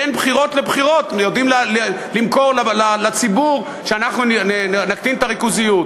בין בחירות לבחירות הם יודעים למכור לציבור שאנחנו נקטין את הריכוזיות,